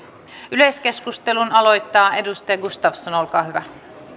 yleiskeskustelun aloittaa edustaja gustafsson olkaa hyvä